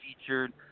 featured